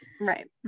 Right